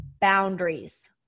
boundaries